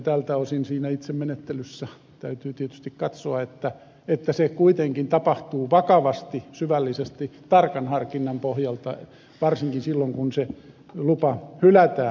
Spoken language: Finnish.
tältä osin siinä itse menettelyssä täytyy tietysti katsoa että se kuitenkin tapahtuu vakavasti syvällisesti tarkan harkinnan pohjalta varsinkin silloin kun se lupa hylätään